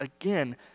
again